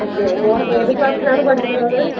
okay മോൻ ഏതു ക്ലാസ്സിലാണ് പഠിക്കുന്നത്